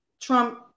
Trump